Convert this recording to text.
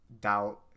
doubt